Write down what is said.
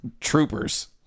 troopers